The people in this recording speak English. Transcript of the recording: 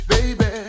Baby